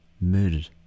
murdered